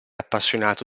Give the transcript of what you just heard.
appassionato